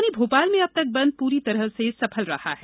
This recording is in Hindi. राजधानी भोपाल में अब तक बंद पूरी तरह से सफल रहा है